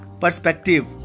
perspective